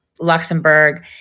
Luxembourg